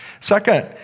Second